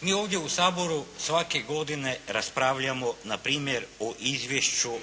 Mi ovdje u Saboru svake godine raspravljamo npr. o izvješću